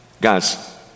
Guys